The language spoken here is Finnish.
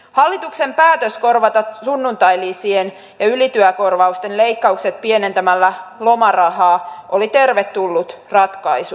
hallituksen päätös korvata sunnuntailisien ja ylityökorvausten leikkaukset pienentämällä lomarahaa oli tervetullut ratkaisu